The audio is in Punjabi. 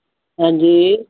ਹਾਂਜੀ